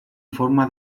forma